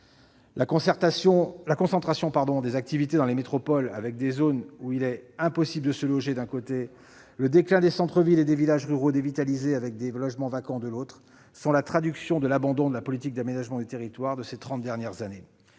La concentration des activités dans les métropoles avec des zones où il est impossible de se loger, d'un côté, le déclin des centres-villes et des villages ruraux dévitalisés avec des logements vacants, de l'autre, traduisent l'abandon de la politique d'aménagement du territoire de ces trente dernières années.